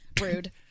Rude